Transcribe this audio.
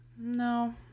no